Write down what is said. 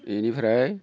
बेनिफ्राय